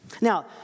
Now